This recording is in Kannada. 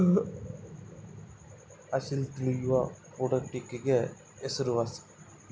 ಅಸೀಲ್ ತಳಿಯು ಪುಂಡಾಟಿಕೆಗೆ ಹೆಸರುವಾಸಿ